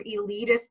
elitist